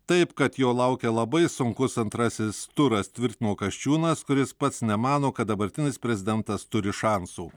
taip kad jo laukia labai sunkus antrasis turas tvirtino kasčiūnas kuris pats nemano kad dabartinis prezidentas turi šansų